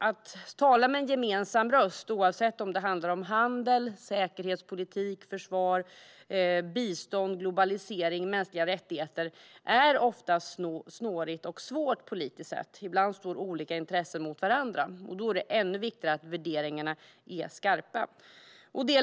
Att tala med en gemensam röst, oavsett om det handlar om handel, säkerhetspolitik, försvar, bistånd, globalisering eller mänskliga rättigheter, är ofta snårigt och svårt politiskt sett. Ibland står olika intressen mot varandra, och då är det ännu viktigare att värderingarna är skarpa.